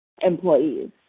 employees